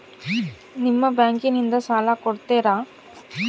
ನಿಮ್ಮ ಬ್ಯಾಂಕಿನಿಂದ ಸಾಲ ಕೊಡ್ತೇರಾ?